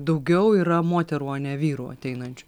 daugiau yra moterų o ne vyrų ateinančių